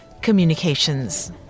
communications